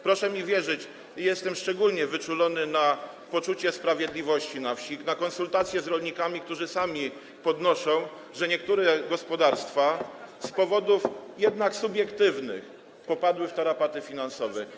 Proszę mi wierzyć, jestem szczególnie wyczulony na poczucie sprawiedliwości na wsi, na konsultacje z rolnikami, którzy sami podnoszą, że niektóre gospodarstwa z jednak subiektywnych powodów popadły w tarapaty finansowe.